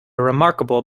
remarkable